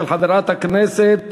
של חברת הכנסת